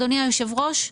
אדוני היושב-ראש,